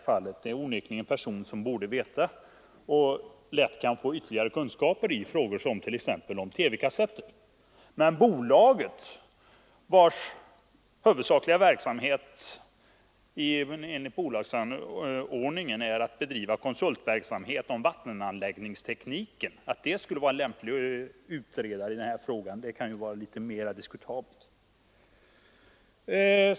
Det är onekligen en person som borde veta mycket och lätt kan få ytterligare kunskaper t.ex. i fråga om TV-kassetter. Men att bolaget, vars huvudsakliga sysselsättning enligt bolagsordningen är att bedriva konsultverksamhet i vattenanläggningsteknik, skulle vara en lämplig utredare i detta fall kan vara mer diskutabelt.